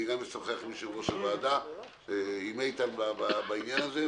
גם אשוחח עם יושב-ראש הוועדה איתן בעניין הזה.